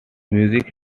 music